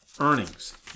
Earnings